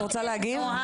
את רוצה להגיב?